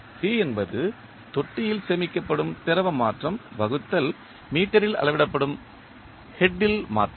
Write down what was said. C என்பது தொட்டியில் சேமிக்கப்படும் திரவ மாற்றம் வகுத்தல் மீட்டரில் அளவிடப்படும் ஹெட் ல் மாற்றம்